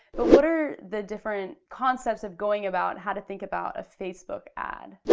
but what are the different concepts of going about, how to think about a facebook ad?